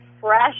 fresh